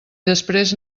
després